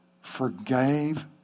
forgave